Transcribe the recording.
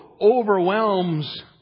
overwhelms